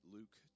Luke